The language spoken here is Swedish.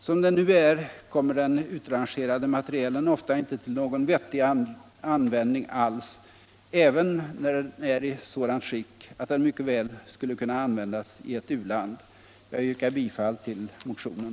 Som det nu är kommer den utrangerade materielen ofta inte till någon vettig användning alls, även när den är i sådant skick att den mycker väl skulle kunna användas i ett u-land. Jag yrkar bifall till motionen.